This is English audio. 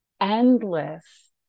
endless